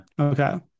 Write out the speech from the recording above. Okay